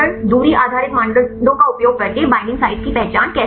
दूरी आधारित मानदंडों का उपयोग करके बईंडिंग साइट की पहचान कैसे करें